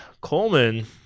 Coleman